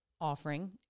offering